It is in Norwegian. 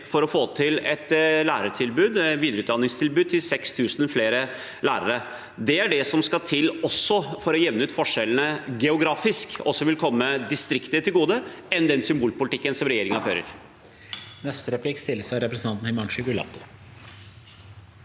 for å få til et videreutdanningstilbud til 6 000 flere lærere. Det er det som skal til for å jevne ut forskjellene geografisk, og det vil komme distriktene mer til gode enn den symbolpolitikken regjeringen fører.